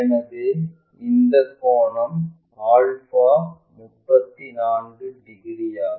எனவே இந்த கோணம் ஆல்பா 34 டிகிரி ஆகும்